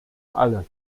alle